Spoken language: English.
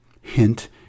Hint